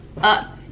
up